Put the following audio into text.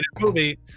movie